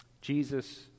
Jesus